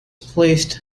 placed